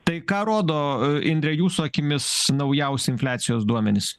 tai ką rodo indre jūsų akimis naujausi infliacijos duomenys